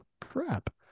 crap